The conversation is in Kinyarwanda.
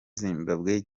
zimbabwe